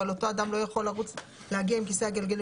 אבל אותו אדם לא יכול להגיע עם כיסא הגלגלים